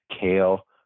kale